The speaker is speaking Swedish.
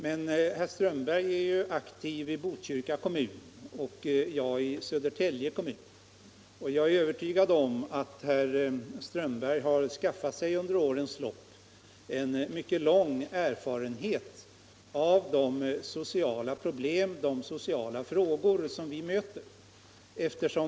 Herr Strömberg är ju aktiv i Botkyrka kommun och jag i Södertälje kommun, och jag är övertygad om att herr Strömberg har skaffat sig under årens lopp en mycket lång erfarenhet av de sociala problem och sociala frågor som vi möter.